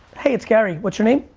hey, it's gary, what's your name,